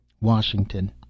Washington